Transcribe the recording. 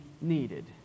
needed